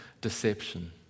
deception